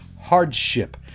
hardship